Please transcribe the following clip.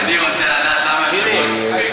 אני רוצה לדעת למה היושב-ראש צוחק.